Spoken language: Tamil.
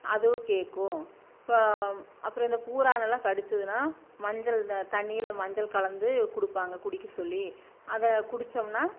அதுவும் கேட்க்கும் பா அப்புறோம் இந்த பூரான் எல்லாம் கடிச்சுதுனா மஞ்சளில் தண்ணீரில மஞ்சள் கலந்து கொடுப்பாங்க குடிக்க சொல்லி அதை குடித்தம்னா